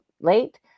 late